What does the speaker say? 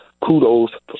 kudos